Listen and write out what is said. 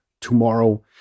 tomorrow